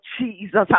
Jesus